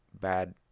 bad